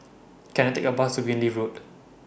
Can I Take A Bus to Greenleaf Road